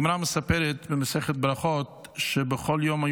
הגמרא מספרת במסכת ברכות שבכל יום בבוקר